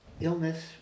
illness